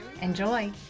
enjoy